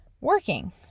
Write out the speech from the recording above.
working